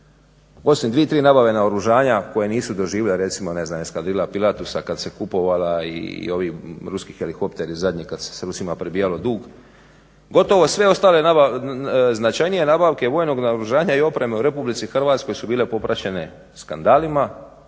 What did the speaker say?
osim dvije tri nabave naoružanja koje nisu doživjele, recimo eskadrila pilatusa kad se kupovala i ovi ruski helikopteri zadnji kad se s Rusima prebijalo dug, gotovo sve značajnije nabavke vojnog naoružanja i opreme u Republici Hrvatskoj su bile popraćene skandalima.